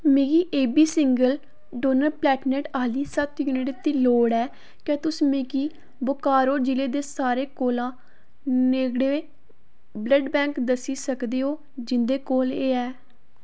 मिगी ऐ बी सिंगल डोनर प्लैटलेट आह्ली सत्त यूनिट दी लोड़ ऐ क्या तुस मिगी बोकारो जि'ले दे सारे कोला नेड़मे ब्लड बैंक दस्सी सकदे ओ जिं'दे कोल एह् ऐ